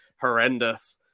horrendous